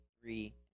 three